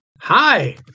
Hi